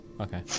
Okay